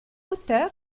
auteur